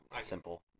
simple